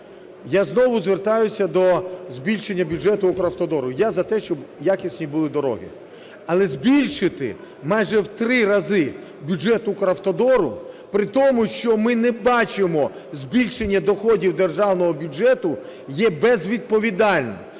Я знову звертаюсь до збільшення бюджету Укравтодору. Я за те, щоб якісні були дороги. Але збільшити майже в 3 рази бюджет Укравтодору при тому, що ми не бачимо збільшення доходів державного бюджету, є безвідповідально.